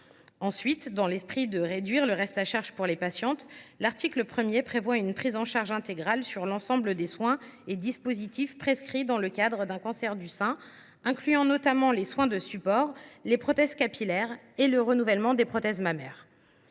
Puis, dans le but de réduire le reste à charge pour les patientes, l’article 1 prévoit une prise en charge intégrale de l’ensemble des soins et dispositifs prescrits dans le cadre d’un cancer du sein, ce qui inclut notamment les soins de support, les prothèses capillaires et le renouvellement des prothèses mammaires.